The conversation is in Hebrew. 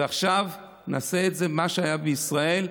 ועכשיו נעשה את מה שהיה בישראל: